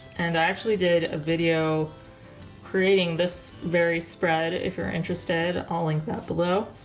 and i actually did a video creating this very spread if you're interested i'll link that below